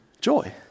joy